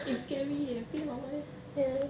eh scary eh 不要 eh